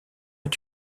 est